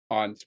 on